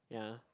ya